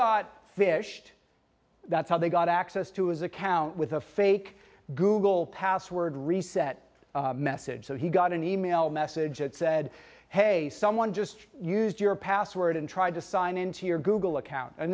got fished that's how they got access to his account with a fake google password reset message so he got an e mail message that said hey someone just used your password and tried to sign into your google account and